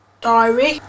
Diary